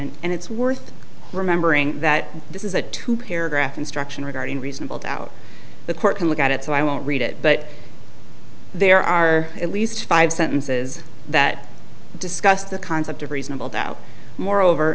and it's worth remembering that this is a two paragraph instruction regarding reasonable doubt the court can look at it so i won't read it but there are at least five sentences that discuss the concept of reasonable doubt moreover